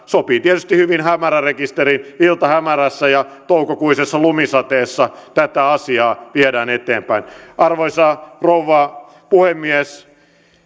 sopii tietysti hyvin hämärärekisteriin että iltahämärässä ja toukokuisessa lumisateessa tätä asiaa viedään eteenpäin arvoisa rouva puhemies